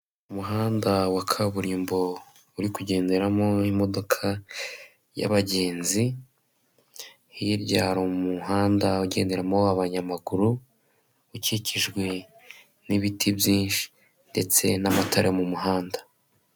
Umuhanda wa kaburimbo uri kugenderamo imodoka y'abagenzi, hirya hari umuhanda ugenderamo abanyamaguru ukikijwe n'ibiti byinshi ndetse n'amatara yo mu muhanda.